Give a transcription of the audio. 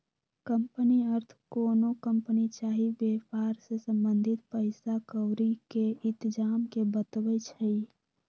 company अर्थ कोनो company चाही वेपार से संबंधित पइसा क्औरी के इतजाम के बतबै छइ